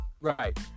Right